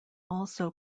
also